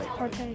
party